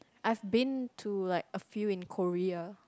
I've been to like a few in Korea